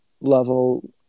level